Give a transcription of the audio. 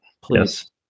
Please